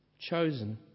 chosen